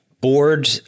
board